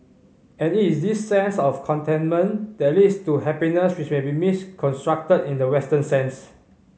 and it is this sense of contentment that leads to happiness which may be misconstrued in the Western sense